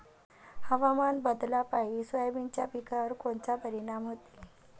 हवामान बदलापायी सोयाबीनच्या पिकावर कोनचा परिणाम होते?